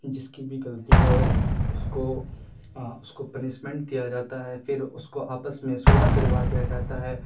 جس کی بھی غلطی ہو اس کو اس کو پنشمنٹ دیا جاتا ہے پھر اس کو آپس میں صلح کروا دیا جاتا ہے